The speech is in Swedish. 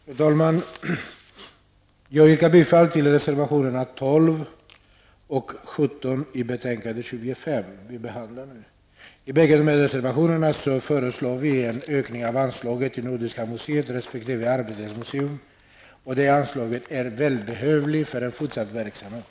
Fru talman! Jag yrkar bifall till reservationerna nr 12 och 17 i betänkande 25. I bägge dessa reservationer föreslår vi en ökning av anslaget till Nordiska museet resp. Arbetets museum. Det anslaget är välbehövligt för en fortsatt verksamhet.